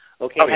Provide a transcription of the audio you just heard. Okay